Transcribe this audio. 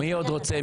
מי עוד רוצה?